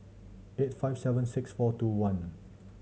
eight five seven six four two one